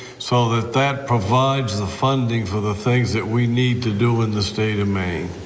so that that provides the funding for the things that we need to do in the state of maine.